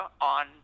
on